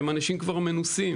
שהם אנשים כבר מנוסים